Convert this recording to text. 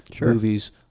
movies